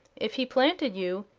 if he planted you,